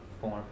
form